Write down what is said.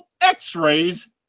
x-rays